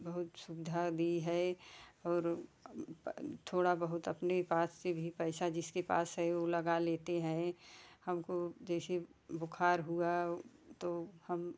बहुत सुविधा दी है और थोड़ा बहुत अपने पास से भी पैसा जिसके पास है वो लगा लेते हैं हमको जैसे बुखार हुआ तो हम